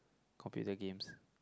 computer games